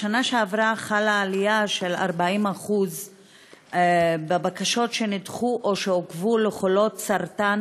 בשנה שעברה חלה עלייה של 40% בבקשות של חולות סרטן